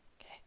okay